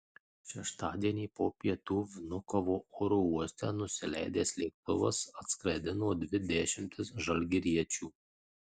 šeštadienį po pietų vnukovo oro uoste nusileidęs lėktuvas atskraidino dvi dešimtis žalgiriečių